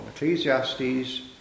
Ecclesiastes